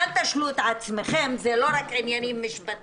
אל תשלו את עצמכם, זה לא רק עניינים משפטיים.